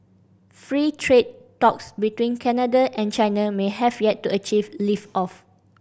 free trade talks between Canada and China may have yet to achieve lift off